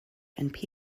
and